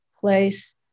place